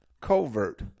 covert